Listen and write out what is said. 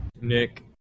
Nick